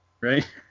right